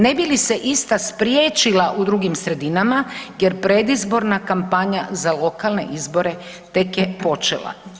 Ne bi li se ista spriječila u drugim sredinama jer predizborna kampanja za lokalne izbore tek je počela.